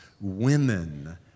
women